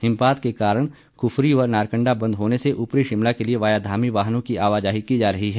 हिमपात के कारण कुफरी व नारकंडा बंद होने से ऊपरी शिमला के लिए वाया धामी वाहनों की आवाजाही की जा रही है